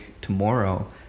tomorrow